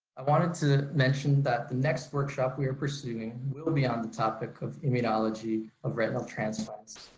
i wanted to mention that the next workshop we are pursuing will will be on the topic of immunology of retinal transplants,